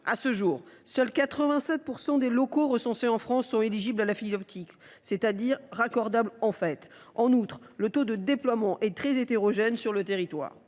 À ce jour, seuls 87 % des locaux recensés en France sont éligibles à la fibre optique, c’est à dire raccordables. En outre, le taux de déploiement est très hétérogène sur le territoire.